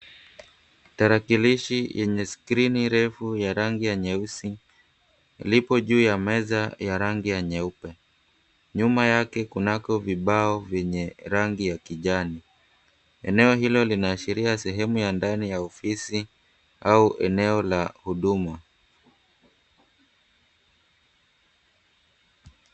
Tarakilishi yenye skrini refu ya rangi ya nyeusi ilipo juu ya meza ya rangi ya nyeupe. Nyuma yake kunako vibao vyenye rangi ya kijani. Eneo hilo linaashiria sehemu ya ndani ya ofisi au eneo la huduma.